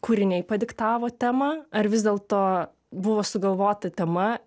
kūriniai padiktavo temą ar vis dėlto buvo sugalvota tema